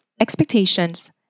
expectations